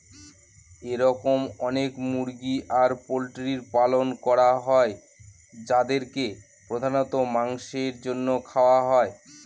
এরকম অনেক মুরগি আর পোল্ট্রির পালন করা হয় যাদেরকে প্রধানত মাংসের জন্য খাওয়া হয়